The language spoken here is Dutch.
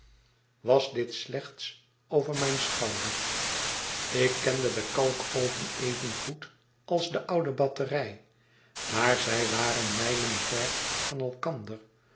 was dit slechts over mijn schouder ik kende den kalkoven evengoed als de oude batterij maar zij waren mijlenvervan elkander